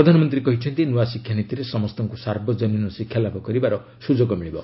ପ୍ରଧାନମନ୍ତ୍ରୀ କହିଛନ୍ତି ନୂଆ ଶିକ୍ଷାନୀତିରେ ସମସ୍ତଙ୍କୁ ସାର୍ବଜନୀନ ଶିକ୍ଷାଲାଭ କରିବାର ସୁଯୋଗ ମିଳିବ